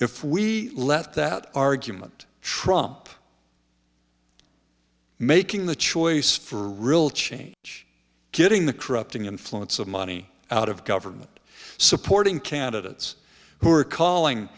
if we let that argument trump making the choice for real change getting the corrupting influence of money out of government supporting candidates who are calling